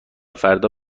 فردا